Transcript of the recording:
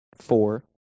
four